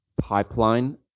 pipeline